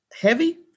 heavy